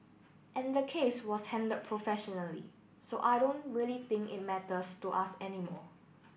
and the case was handled professionally so I don't really think it matters to us anymore